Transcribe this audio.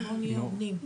אז בוא נהיה הוגנים.